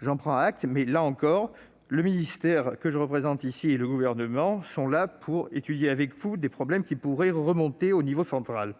J'en prends acte, mais le ministère que je représente et le Gouvernement sont là pour étudier avec vous les difficultés qui pourraient remonter au niveau central.